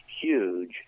huge